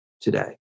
today